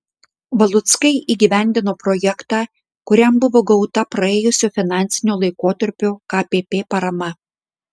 valuckai įgyvendino projektą kuriam buvo gauta praėjusio finansinio laikotarpio kpp parama